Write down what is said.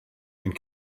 and